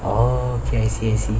oh okay I see I see